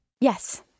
Yes